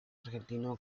argentino